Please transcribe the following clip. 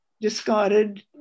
discarded